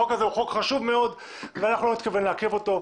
החוק הזה הוא חוק חשוב מאוד ואנחנו לא מתכוונים לעכב אותו.